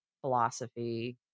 philosophy